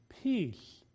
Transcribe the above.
peace